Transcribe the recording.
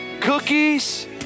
Cookies